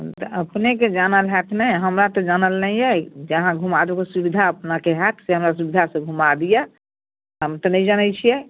अपनेके जानल होयत ने हमरा तऽ जानल नहि अइ जहाँ घुमा देब सुविधा अपनाके होयत से हमरा सुविधासँ घुमा दिअ हम तऽ नहि जनैत छियै